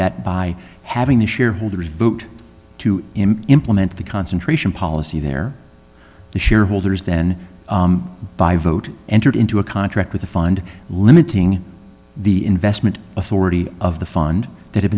that by having the shareholders vote to implement the concentration policy there the shareholders then by vote entered into a contract with the fund limiting the investment authority of the fund that ha